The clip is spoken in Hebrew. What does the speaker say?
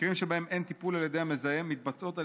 במקרים שבהם אין טיפול על ידי המזהם מתבצעות על